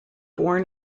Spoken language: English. born